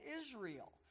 Israel